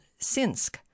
sinsk